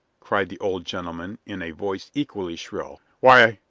cried the old gentleman, in a voice equally shrill why,